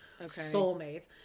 soulmates